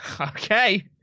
Okay